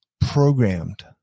programmed